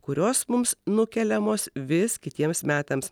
kurios mums nukeliamos vis kitiems metams